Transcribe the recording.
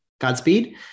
Godspeed